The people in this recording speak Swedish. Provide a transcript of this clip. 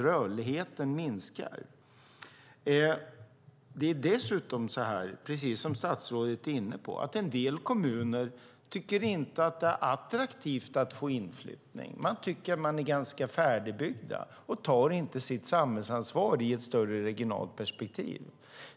Precis som statsrådet var inne på tycker dessutom en del kommuner att det inte är attraktivt att få inflyttning. De tycker att de är ganska färdigbyggda och tar inte sitt samhällsansvar i ett större regionalt perspektiv.